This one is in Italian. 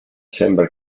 sembra